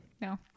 No